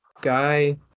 Guy